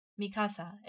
Mikasa